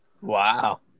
Wow